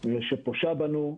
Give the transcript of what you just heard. ושפושה בנו,